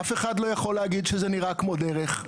אף אחד לא יכול להגיד שזה נראה כמו דרך,